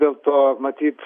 dėlto matyt